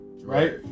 right